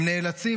הם נאלצים,